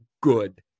good